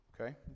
Okay